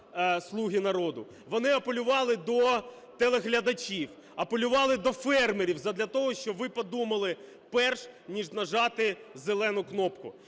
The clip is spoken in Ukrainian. "Слуги народу", вони апелювали до телеглядачів, апелювали до фермерів задля того, щоб ви подумали, перш ніж нажати зелену кнопку.